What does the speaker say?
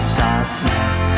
darkness